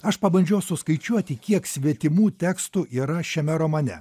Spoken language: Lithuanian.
aš pabandžiau suskaičiuoti kiek svetimų tekstų yra šiame romane